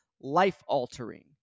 life-altering